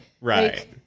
Right